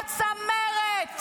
זה הצבא שלנו.